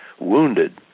wounded